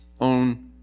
own